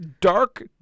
dark